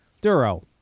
Duro